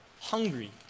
hungry